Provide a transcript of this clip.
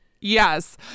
Yes